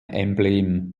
emblem